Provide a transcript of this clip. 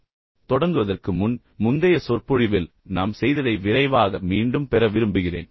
இப்போது நான் தொடங்குவதற்கு முன் முந்தைய சொற்பொழிவில் நாம் செய்ததை விரைவாக மீண்டும் பெற விரும்புகிறேன்